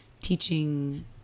teaching